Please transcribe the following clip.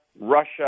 Russia